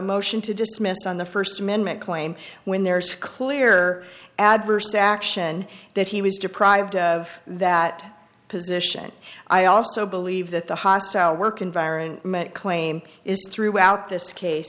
motion to dismiss on the first amendment claim when there is clear adverse action that he was deprived of that position i also believe that the hostile work environment claim is throughout this case